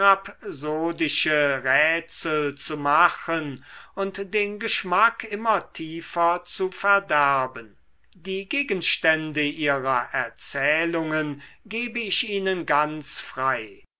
rätsel zu machen und den geschmack immer tiefer zu verderben die gegenstände ihrer erzählungen gebe ich ihnen ganz frei